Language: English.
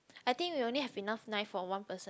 I think we only have enough knife for one person